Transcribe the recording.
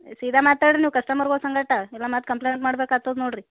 ಸೀದಾ ಮಾತಾಡ್ರಿ ನೀವು ಕಸ್ಟಮರ್ಗಳ ಸಂಗಟ ಇಲ್ಲ ಮತ್ತೆ ಕಂಪ್ಲೇಂಟ್ ಮಾಡ್ಬೇಕಾಗ್ತದ್ ನೋಡಿರಿ